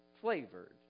flavored